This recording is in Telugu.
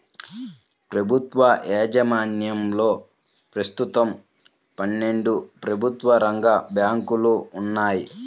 ప్రభుత్వ యాజమాన్యంలో ప్రస్తుతం పన్నెండు ప్రభుత్వ రంగ బ్యాంకులు ఉన్నాయి